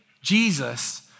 Jesus